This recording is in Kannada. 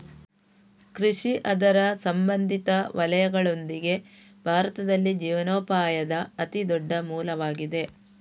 ಕೃಷಿ ಅದರ ಸಂಬಂಧಿತ ವಲಯಗಳೊಂದಿಗೆ, ಭಾರತದಲ್ಲಿ ಜೀವನೋಪಾಯದ ಅತಿ ದೊಡ್ಡ ಮೂಲವಾಗಿದೆ